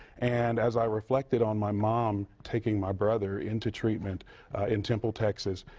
and as i reflected on my mom taking my brother into treatment in temple, texas,